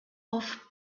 off